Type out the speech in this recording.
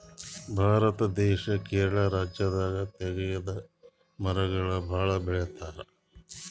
ಭಾರತ ದೇಶ್ ಕೇರಳ ರಾಜ್ಯದಾಗ್ ತೇಗದ್ ಮರಗೊಳ್ ಭಾಳ್ ಬೆಳಿತಾರ್